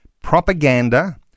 propaganda